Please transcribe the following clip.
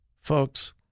folks